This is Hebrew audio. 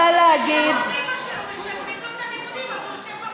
משלמים לו את הלימודים אז הוא יושב בבית.